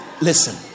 listen